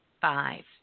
Five